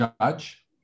judge